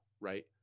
right